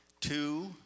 two